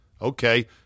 Okay